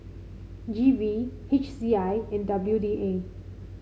G V H C I and W D A